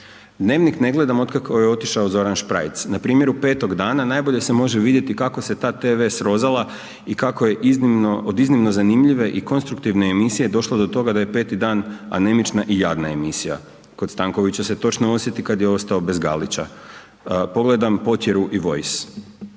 Dnevnik ne gledam otkako je otišao Zoran Špraj na primjeru 5 dana najbolje se može vidjeti kako se ta tv srozala i kako je od iznimno zanimljive i konstruktivne emisije došlo do toga da je 5 dan anemična i jadna emisija. Kod Stankovića se točno osjeti kad je ostao bez Galića. Pogledam Potjeru i Voice.